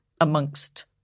amongst